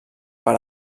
per